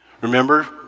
Remember